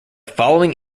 following